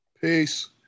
Peace